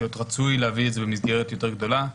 להיות רצוי להביא את זה במסגרת יותר גדולה.